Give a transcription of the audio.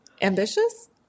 ambitious